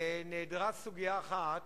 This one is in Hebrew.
נעדרה סוגיה אחת,